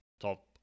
top